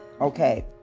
Okay